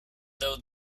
though